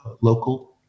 local